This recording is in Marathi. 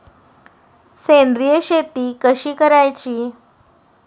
सेंद्रिय शेती कशी करायची?